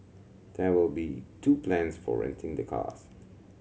there will be two plans for renting the cars